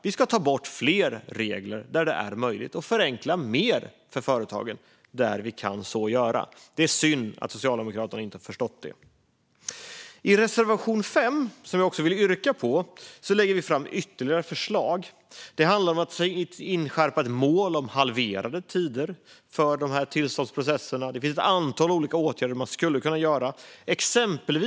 Vi ska ta bort fler regler, där det är möjligt, och förenkla mer för företagen där vi kan. Det är synd att Socialdemokraterna inte har förstått det. I reservation 5, som jag också vill yrka bifall till, lägger vi fram ytterligare förslag. Det handlar om att inskärpa ett mål om halverade tider för tillståndsprocesserna. Det finns ett antal olika åtgärder man skulle kunna vidta.